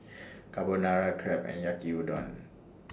Carbonara Crepe and Yaki Udon